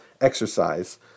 exercise